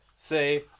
say